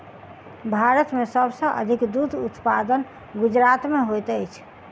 भारत में सब सॅ अधिक दूध उत्पादन गुजरात में होइत अछि